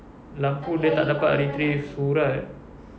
lampu dia tak dapat retrieve surat